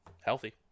Healthy